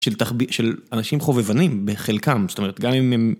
של תחבי... של אנשים חובבנים בחלקם, זאת אומרת, גם אם הם...